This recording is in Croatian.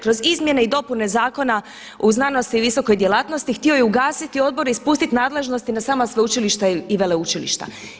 Kroz izmjene i dopune Zakona o znanosti i visokoj djelatnosti htio je ugasiti odbore i spustiti nadležnosti na sama sveučilišta i veleučilišta.